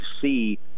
see